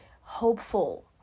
hopeful